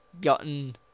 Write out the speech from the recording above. gotten